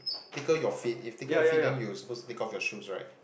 tickle your feet if tickle your feet then you supposed to take off your shoes right